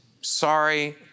sorry